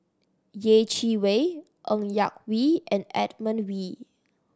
Yeh Chi Wei Ng Yak Whee and Edmund Wee